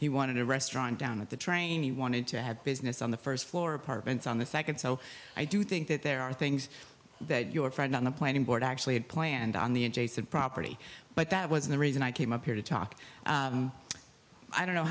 he wanted a restaurant down at the train he wanted to have business on the first floor apartments on the second so i do think that there are things that your friend on the planning board actually had planned on the in jason property but that was the reason i came up here to talk i don't know